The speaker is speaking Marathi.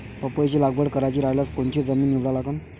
पपईची लागवड करायची रायल्यास कोनची जमीन निवडा लागन?